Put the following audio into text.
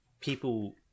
people